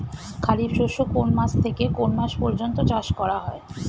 খারিফ শস্য কোন মাস থেকে কোন মাস পর্যন্ত চাষ করা হয়?